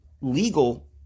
legal